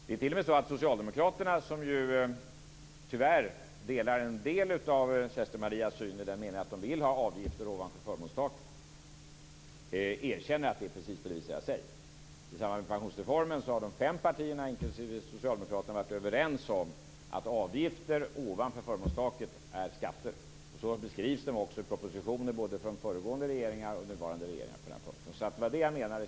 Det är t.o.m. så att socialdemokraterna, som ju tyvärr delar en del av Kerstin-Maria Stalins syn i den meningen att de vill ha avgifter ovanför förmånstaket, erkänner att det är precis som jag säger. I samband med pensionsreformen har de fem partierna, inklusive Socialdemokraterna, varit överens om att avgifter ovanför förmånstaket är skatter. Så beskrivs de också i propositioner både från föregående regeringar och nuvarande regering. Det var det jag menade.